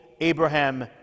Abraham